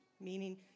meaning